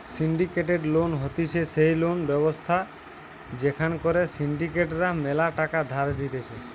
syndicated loan হতিছে সেই loan ব্যবস্থা যেখান করে সিন্ডিকেট রা ম্যালা টাকা ধার দিতেছে